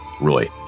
Roy